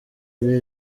ari